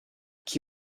qui